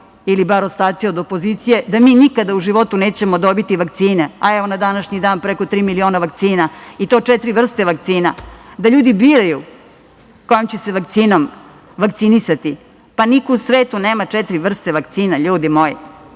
mesecu ostaci od opozicije govorili da mi nikada u životu nećemo dobiti vakcine, a evo, na današnji dan preko tri miliona vakcina i to četiri vrste vakcina, da ljudi biraju kojom će se vakcinom vakcinisati. Niko u svetu nema četiri vrste vakcina, ljudi moji.